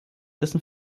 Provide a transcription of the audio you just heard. dessen